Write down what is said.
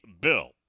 Bill